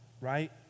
right